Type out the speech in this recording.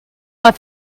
are